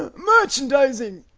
ah merchandising!